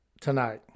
tonight